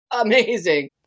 amazing